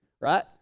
right